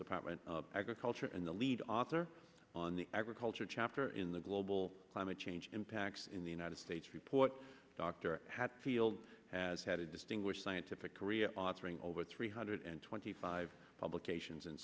department of agriculture and the lead author on the agriculture chapter in the global climate change impacts in the united states report dr hadfield has had a distinguished scientific career authoring over three hundred and twenty five publications and